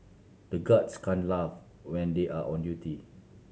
the guards can't laugh when they are on duty